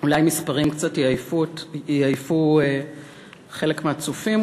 אולי מספרים קצת יעייפו חלק מהצופים,